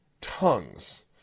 tongues